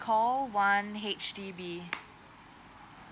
call one H_D_B